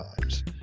times